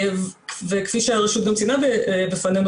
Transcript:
כפי שהרשות גם ציינה בפנינו,